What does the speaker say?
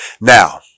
Now